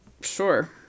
Sure